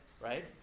right